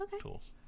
tools